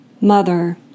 Mother